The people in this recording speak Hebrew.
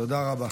תודה רבה.